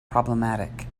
problematic